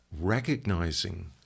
Recognizing